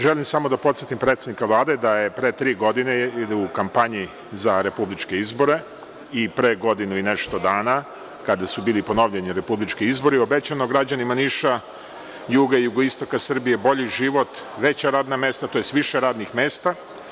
Želim samo da podsetim predsednika Vlade da je pre tri godine u kampanji za republičke izbore i pre godinu i nešto dana, kada su bili ponovljeni republički izbori, građanima Niša, juga i jugoistoka Srbije, obećan bolji život, više radnih mesta.